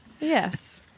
Yes